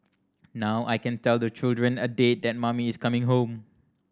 now I can tell the children a date that mummy is coming home